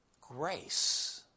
Grace